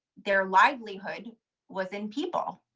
their livelihood was in people,